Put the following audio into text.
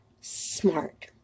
smart